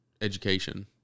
education